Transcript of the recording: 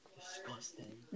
Disgusting